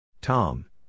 Tom